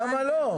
למה לא?